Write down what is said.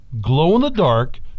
glow-in-the-dark